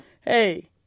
hey